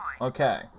Okay